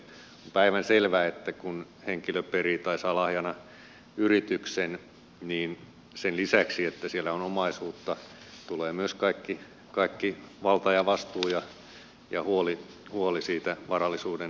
on päivänselvää että kun henkilö perii tai saa lahjana yrityksen niin sen lisäksi että siellä on omaisuutta tulee myös kaikki valta ja vastuu ja huoli siitä varallisuuden säilymisestä